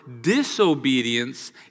disobedience